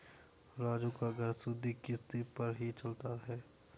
राजू का घर सुधि किश्ती पर ही चलता है